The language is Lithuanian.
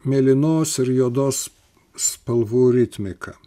mėlynos ir juodos spalvų ritmika